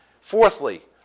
Fourthly